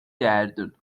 گردون